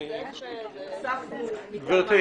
אספנו מכה מקורות תקציבים.